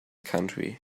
country